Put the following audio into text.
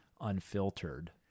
unfiltered